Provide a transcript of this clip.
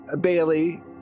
Bailey